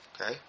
Okay